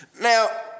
Now